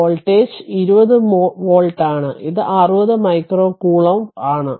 voltage 20 volt ആണ് ഇത് 60 micro കൂളംബോം ആണ്